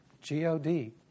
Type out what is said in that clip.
G-O-D